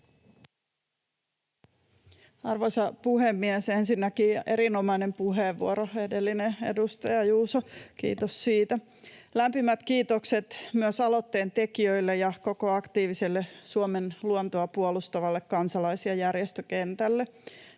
Arvoisa puhemies! Ensinnäkin erinomainen puheenvuoro tuo edellinen, edustaja Juuso, kiitos siitä. Lämpimät kiitokset myös aloitteen tekijöille ja koko aktiiviselle Suomen luontoa puolustavalle kansalais- ja järjestökentälle.